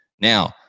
Now